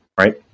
right